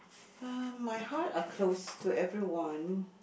uh my heart are close to everyone